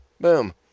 Boom